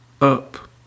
up